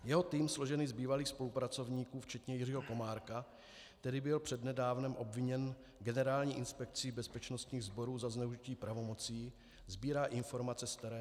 Jeho tým, složený z bývalých spolupracovníků včetně Jiřího Komárka, který byl před nedávnem obviněn Generální inspekcí bezpečnostních sborů za zneužití pravomocí, sbírá informace z terénu.